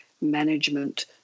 management